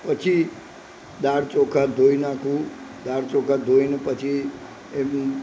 પછી દાળ ચોખા ધોઈ નાખું દાળ ચોખા ધોઈને પછી એમ